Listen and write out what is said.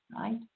right